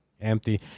Empty